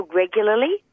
regularly